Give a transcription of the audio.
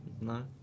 no